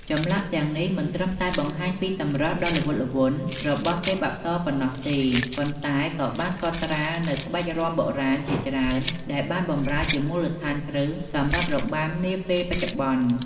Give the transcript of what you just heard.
ចម្លាក់ទាំងនេះមិនត្រឹមតែបង្ហាញពីសម្រស់ដ៏ល្វត់ល្វន់របស់ទេពអប្សរប៉ុណ្ណោះទេ ប៉ុន្តែក៏បានកត់ត្រានូវក្បាច់រាំបុរាណជាច្រើនដែលបានបម្រើជាមូលដ្ឋានគ្រឹះសម្រាប់របាំនាពេលបច្ចុប្បន្ន។